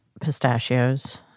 pistachios